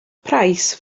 price